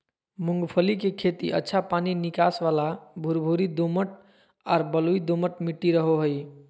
मूंगफली के खेती अच्छा पानी निकास वाला भुरभुरी दोमट आर बलुई दोमट मट्टी रहो हइ